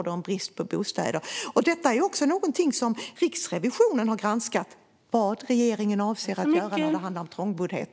Detta är också något som Riksrevisionen har granskat: vad regeringen avser att göra när det handlar om trångboddhet.